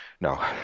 no